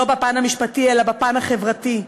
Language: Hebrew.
לא בפן המשפטי אלא בפן החברתי,